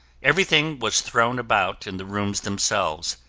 everything was thrown about in the rooms themselves,